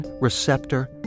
receptor